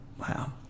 wow